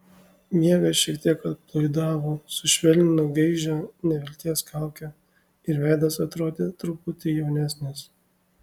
miegas šiek tiek atpalaidavo sušvelnino gaižią nevilties kaukę ir veidas atrodė truputį jaunesnis